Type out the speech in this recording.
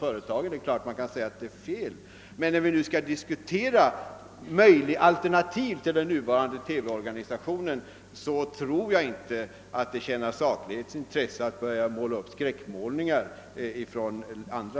Självfallet kan invändas att denna uppfattning kanske är felaktig, men när vi nu skall diskutera alternativ till den hittillsvarande TV-organisationen tror jag inte att det tjänar saklighetens intresse att börja måla upp skräckbilder från USA.